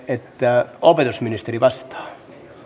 että opetusministeri vastaa